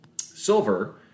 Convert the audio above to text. silver